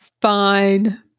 Fine